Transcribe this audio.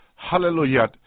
hallelujah